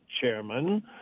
chairman